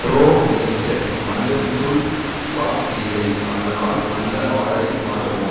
bro Nature மஞ்சள்த்தூள் stock இல்லை அதனால் அந்த ஆர்டரை மாற்றவும்